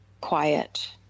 quiet